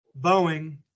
Boeing